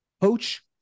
Poach